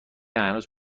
هنوز